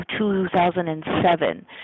2007